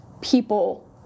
people